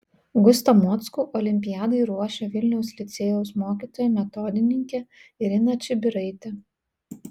gustą mockų olimpiadai ruošė vilniaus licėjaus mokytoja metodininkė irina čibiraitė